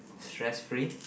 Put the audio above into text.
stress free